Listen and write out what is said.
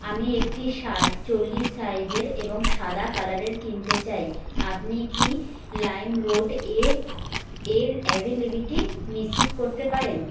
আমি একটি শার্ট চল্লিশ সাইজের এবং সাদা কালারের কিনতে চাই আপনি কি লাইমরোড এ এর এভেইলেবিলিটি নিশ্চিত করতে পারেন